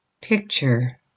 picture